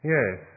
Yes